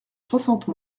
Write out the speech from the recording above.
soixante